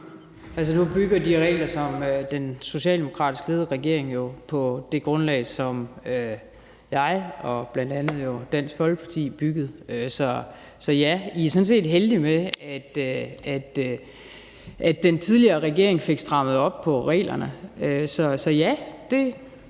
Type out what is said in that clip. Altså, nu bygger den socialdemokratisk ledede regerings regler jo på det grundlag, som jeg og bl.a. Dansk Folkeparti byggede. I er sådan set heldige, i og med at den tidligere regering fik strammet op på reglerne. Så ja, det